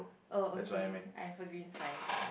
oh okay I have a green sign